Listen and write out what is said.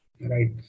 right